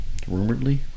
Rumoredly